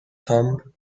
thumb